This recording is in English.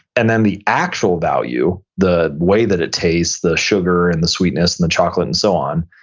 and then the actual value, the way that it tastes, the sugar, and the sweetness, and the chocolate and so on,